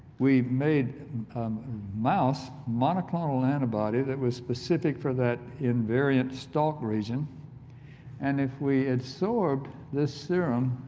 we've made mouse monoclonal antibody that was specific for that invariant stalk region and if we absorbed this serum,